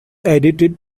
edited